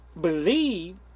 believe